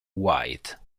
wide